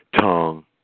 tongue